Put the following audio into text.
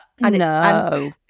No